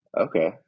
Okay